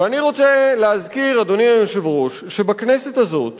ואני רוצה להזכיר, אדוני היושב-ראש, שבכנסת הזאת